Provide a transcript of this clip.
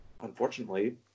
unfortunately